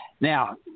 Now